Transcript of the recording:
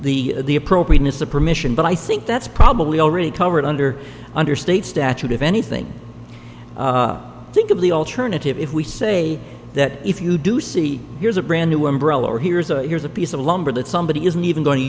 the the appropriateness of permission but i think that's probably already covered under under state statute of anything think of the alternative if we say that if you do see here's a brand new umbrella or here's a here's a piece of lumber that somebody isn't even going to